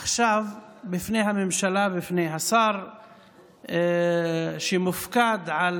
שעומד עכשיו בפני הממשלה ובפני השר שמופקד על